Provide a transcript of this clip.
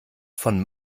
von